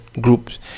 groups